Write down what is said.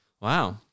Wow